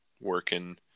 working